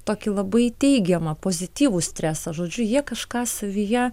tokį labai teigiamą pozityvų stresą žodžiu jie kažką savyje